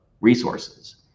resources